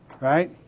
Right